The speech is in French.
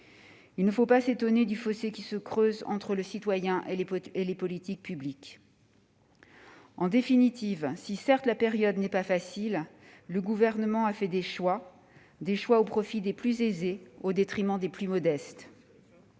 Il ne faut pas s'étonner du fossé qui se creuse entre le citoyen et les politiques publiques ! En définitive, si la période n'est certes pas facile, le Gouvernement a fait des choix au profit des plus aisés et au détriment des plus modestes.